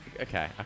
okay